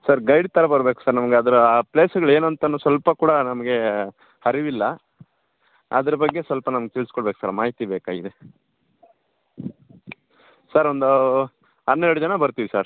sir guide ಥರ ಬರ್ಬೇಕು sir ನಮ್ಗ ಅದ್ರಾ ಆ ಪ್ಲೇಸ್ಗಳು ಏನು ಅಂತನು ಸ್ವಲ್ಪ ಕೂಡ ನಮಗೆ ಅರಿವಿಲ್ಲ ಅದ್ರ ಬಗ್ಗೆ ಸ್ವಲ್ಪ ನಮ್ಗ ತಿಳ್ಸ್ಕೊಡ್ಬೇಕು ಸರ್ ಮಾಹಿತಿ ಬೇಕಾಗಿದೆ ಸರ್ ಒಂದು ಹನ್ನೆರಡು ಜನ ಬರ್ತೀವಿ ಸರ್